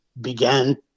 began